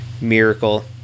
miracle